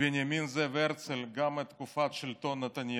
בנימין זאב הרצל גם את תקופת שלטון נתניהו.